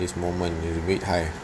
this moment is a bit high